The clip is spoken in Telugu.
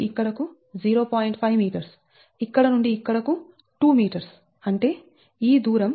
ఇక్కడ నుండి ఇక్కడకు 2m అంటే ఈ దూరం ఇక్కడ నుండి ఇక్కడకు 1